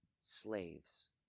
slaves